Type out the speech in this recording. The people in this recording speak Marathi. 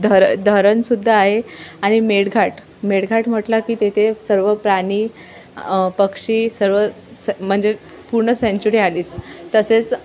धर धरण सुद्धा आहे आणि मेळघाट मेळघाट म्हटलं की तेथे सर्व प्राणी पक्षी सर्व स म्हणजे पूर्ण सेंच्युरी आलीच तसेच